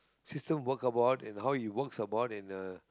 system work about and how it works about and how he works about in uh